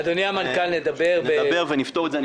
נדבר ונפתור את זה.